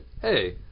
hey